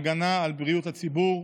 הגנה על בריאות הציבור,